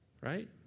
Right